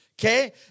Okay